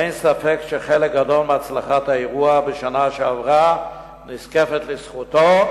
אין ספק שחלק גדול מהצלחת האירוע בשנה שעברה נזקף לזכותו,